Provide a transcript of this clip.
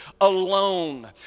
alone